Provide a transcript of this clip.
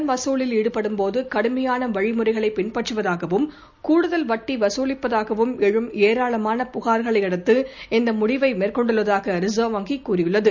கடன் வசூலில் ஈடுபடும் போது கடுமையான வழிமுறைகளைப் பின்பற்றுவதாகவும் கூடுதல் வட்டி வசூலிப்பதாகவும் எழும் ஏராளமான புகார்களையடுத்து இந்த முடிவை மேற்கொண்டுள்ளதாக ரிசர்வ் வங்கி கூறியுள்ளது